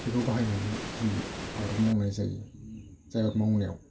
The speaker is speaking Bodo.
बेखौ बाहायनानै दिनै आबाद मावनाय जायो जाय आबाद मावनायाव